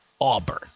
Auburn